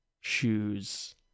shoes